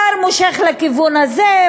שר מושך לכיוון הזה,